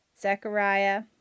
Zechariah